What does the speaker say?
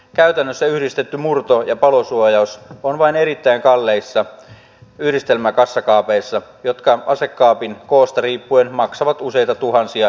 käytännössä yhdistetty murto ja palosuo jaus on vain erittäin kalleissa yhdistelmäkassakaapeissa jotka asekaapin koosta riippuen maksavat useita tuhansia euroja